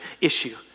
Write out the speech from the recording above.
issue